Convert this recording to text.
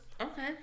okay